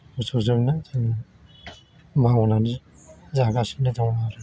मोसौजोंनो जोङो मावनानै जागासिनो दं आरो